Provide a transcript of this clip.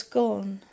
gone